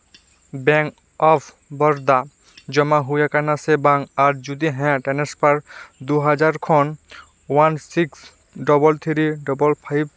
bank of Baroda ᱡᱚᱢᱟ ᱦᱩᱭᱟᱠᱟᱱᱟ ᱥᱮ ᱵᱟᱝ ᱟᱨ ᱡᱩᱫᱤ ᱦᱮᱸ ᱴᱮᱱᱮᱥᱯᱟᱨ ᱫᱩ ᱦᱟᱡᱟᱨ ᱠᱷᱚᱱ one six double three double five